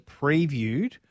previewed